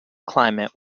climate